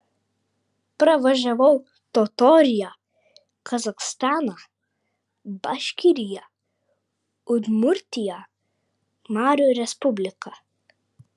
pravažiavau totoriją kazachstaną baškiriją udmurtiją marių respubliką